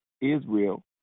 Israel